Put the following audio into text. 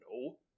no